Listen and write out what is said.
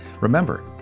Remember